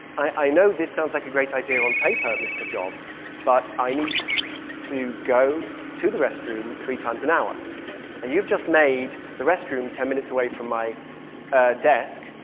i know this sounds like a great idea on paper, mr. jobs. but i need to go to the restroom three times an hour and you've just made the restroom ten minutes away from my ah desk.